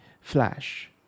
Flash